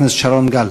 חבר הכנסת שרון גל.